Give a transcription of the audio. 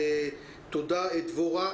תודה, דבורה.